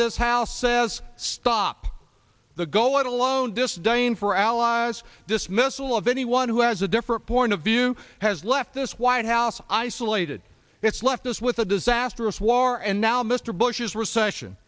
this house says stop the go it alone disdain for allies dismissal of anyone who has a different point of view has left this white house isolated it's left us with a disastrous war and now mr bush's recession